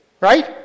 right